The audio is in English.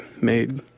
made